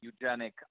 eugenic